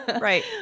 Right